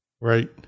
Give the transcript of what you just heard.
Right